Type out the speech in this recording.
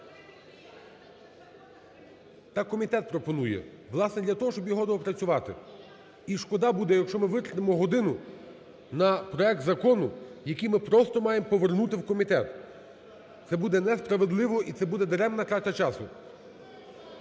Так комітет пропонує, власне, для того, щоб його доопрацювати, і шкода буде, якщо ми витратимо годину на проект закону, який ми просто маємо повернути в комітет. Це буде несправедливо, і це буде даремна трата часу.